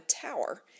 tower